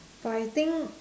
for I think